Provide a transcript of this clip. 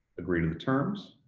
agree to the terms,